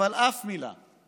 אבל אף מילה,